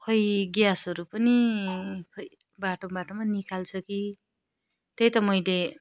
खै ग्यासहरू पनि खै बाटो बाटोमा निकाल्छ कि त्यही त मैले